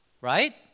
Right